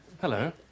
hello